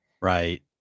right